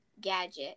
gadget